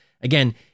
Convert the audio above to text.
Again